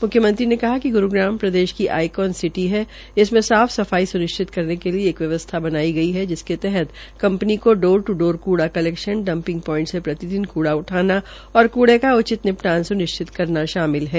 मुख्यमंत्री ने कहा कि ग्रुग्राम प्रदेश की आईकन सिटी है इसमें साफ सफाई सुनिश्चित करने के लिए एक व्यवस्था बनाई हई है जिसके तहत कंपनी को डोर टू डोर कूड़ा कलेक्शन डंपिंग प्वाइंट से प्रतिदिन कूड़ा उठाना व कूड़े का उचित निपटान सुनिश्चित करना शामिल है